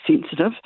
sensitive